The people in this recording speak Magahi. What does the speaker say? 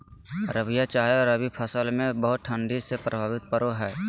रबिया चाहे रवि फसल में बहुत ठंडी से की प्रभाव पड़ो है?